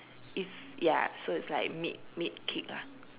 it's ya so it's like mid mid kick lah